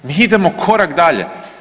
Mi idemo korak dalje.